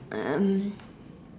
um